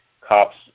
cops